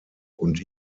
und